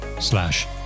slash